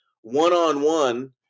one-on-one